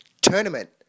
tournament